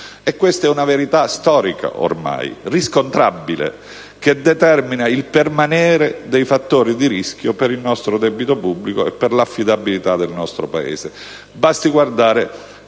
è ormai una verità storica riscontrabile, che determina il permanere dei fattori di rischio per il nostro debito pubblico e per l'affidabilità del Paese. Basti guardare